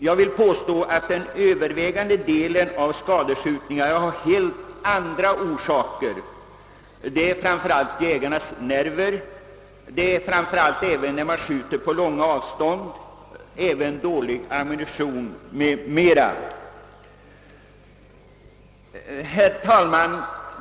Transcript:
Jag vill även påstå att den övervägande delen av skadskjutningarna har helt andra orsaker: framför allt jägarnas nerver, att man skjuter på långa avstånd eller med dålig ammunition för att nämna några orsaker. Herr talman!